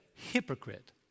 hypocrite